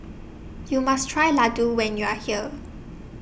YOU must Try Laddu when YOU Are here